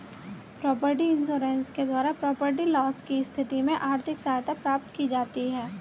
property insurance के द्वारा property loss की स्थिति में आर्थिक सहायता प्राप्त की जाती है